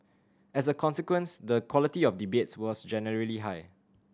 as a consequence the quality of debates was generally high